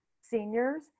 seniors